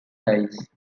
dies